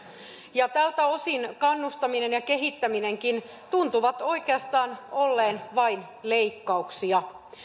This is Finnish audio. ja tältä osin kannustaminen ja kehittäminenkin tuntuvat oikeastaan olleen vain leikkauksia